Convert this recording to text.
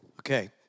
Okay